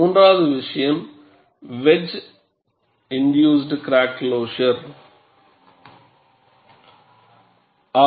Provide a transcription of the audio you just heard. மூன்றாவது விசயம் wedge induced crack closure ஆகும்